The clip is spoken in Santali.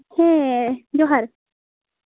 ᱦᱮᱸ ᱡᱚᱦᱟᱨ